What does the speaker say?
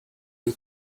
you